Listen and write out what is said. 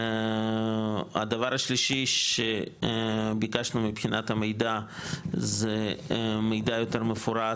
הדבר השלישי שבקשנו מבחינת המידע זה מידע יותר מפורט,